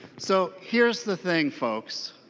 so here is the thing folks.